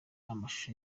amashusho